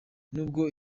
nubwo